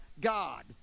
God